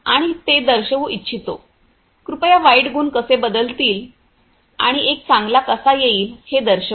आणि ते दर्शवू इच्छितो कृपया वाईट गुण कसे बदलतील आणि एक चांगला कसा येईल हे दर्शवा